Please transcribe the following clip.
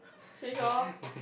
change orh